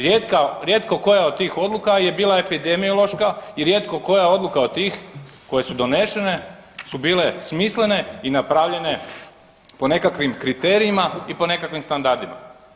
Rijetka, rijetko koja od tih odluka je bila epidemiološka i rijetko koja odluka od tih koje su donešene su bile smislene i napravljene po nekakvim kriterijima i po nekakvim standardima.